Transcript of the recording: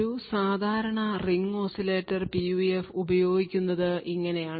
ഒരു സാധാരണ ring oscillator PUF ഉപയോഗിക്കുന്നത് ഇങ്ങനെയാണ്